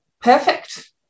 perfect